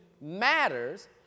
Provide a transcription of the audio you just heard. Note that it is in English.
matters